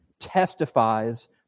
Testifies